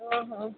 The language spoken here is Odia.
ଓ ହଁ